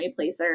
replacer